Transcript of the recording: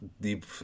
deep